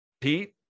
Pete